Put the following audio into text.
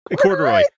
Corduroy